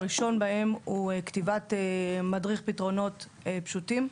הפעולה הראשונה, כתיבת מדריך פתרונות פשוטים.